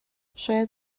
شاید